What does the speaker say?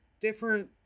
different